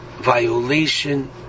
violation